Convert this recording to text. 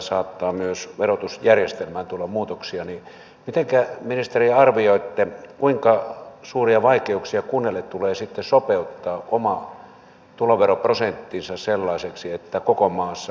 jos todella tässä ajassa sallitaan niin mitenkä ministeri arvioitte kuinka suuria vaikeuksia kunnille tulee hieman itsekin kiipeän tänne pönttöön aluepolitiikasta puhumaan